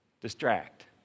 distract